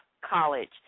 college